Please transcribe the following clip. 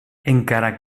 encara